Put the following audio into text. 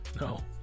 No